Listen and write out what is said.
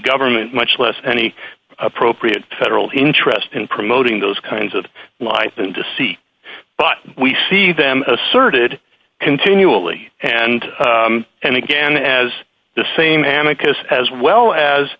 government much less any appropriate federal interest in promoting those kinds of life than to see but we see them asserted continually and and again as the same amica us as well as